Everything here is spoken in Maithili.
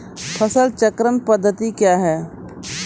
फसल चक्रण पद्धति क्या हैं?